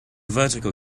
vertigo